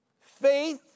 Faith